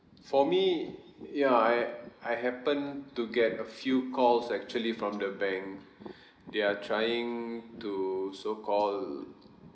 for me ya I I happen to get a few calls actually from the bank they are trying to so called